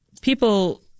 people